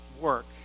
work